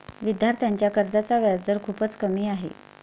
विद्यार्थ्यांच्या कर्जाचा व्याजदर खूपच कमी आहे